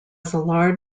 variety